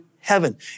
heaven